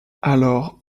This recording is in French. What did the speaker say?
alors